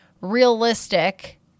realistic